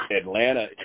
Atlanta